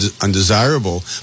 undesirable